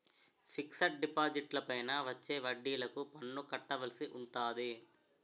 fixed డిపాజిట్లపైన వచ్చే వడ్డిలకు పన్ను కట్టవలసి ఉంటాది